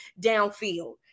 downfield